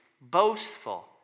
boastful